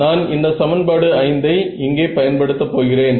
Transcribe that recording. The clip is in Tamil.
நான் இந்த சமன்பாடு 5 ஐ இங்கே பயன்படுத்த போகிறேன்